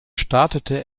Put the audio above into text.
startete